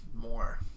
more